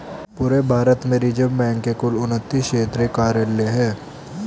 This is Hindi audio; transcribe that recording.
पूरे भारत में रिज़र्व बैंक के कुल उनत्तीस क्षेत्रीय कार्यालय हैं